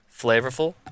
flavorful